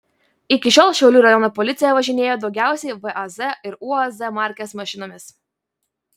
iki šiol šiaulių rajono policija važinėjo daugiausiai vaz ir uaz markės mašinomis